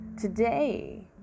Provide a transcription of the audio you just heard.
Today